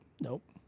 Nope